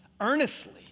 Earnestly